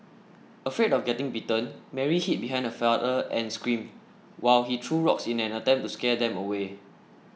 afraid of getting bitten Mary hid behind her father and screamed while he threw rocks in an attempt to scare them away